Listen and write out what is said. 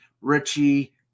Richie